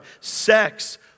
Sex